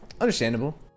Understandable